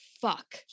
fuck